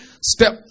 step